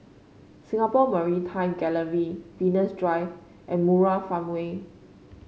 Singapore Maritime Gallery Venus Drive and Murai Farmway